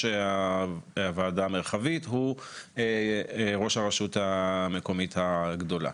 הוועדה המרחבית הוא ראש הרשות המקומית הגדולה.